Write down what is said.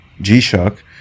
G-Shock